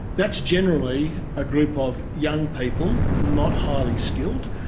that's generally a group of young people, not highly skilled,